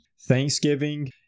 Thanksgiving